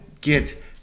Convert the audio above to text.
get